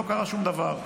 לא קרה שום דבר.